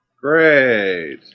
Great